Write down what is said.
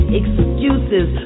excuses